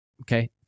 okay